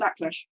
backlash